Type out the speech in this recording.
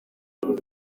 ati